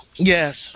Yes